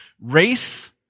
Race